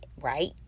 right